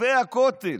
מתווה הכותל,